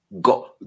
go